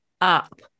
up